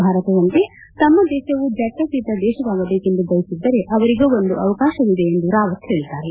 ಭಾರತದಂತೆ ತಮ್ಮ ದೇಶವೂ ಜಾತ್ಯತೀತ ದೇಶವಾಗಬೇಕೆಂದು ಬಯಸಿದ್ದರೆ ಅವರಿಗೂ ಒಂದು ಅವಕಾಶವಿದೆ ಎಂದು ರಾವತ್ ಹೇಳಿದ್ದಾರೆ